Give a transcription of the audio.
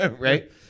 Right